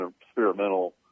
experimental